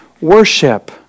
worship